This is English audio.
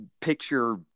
picture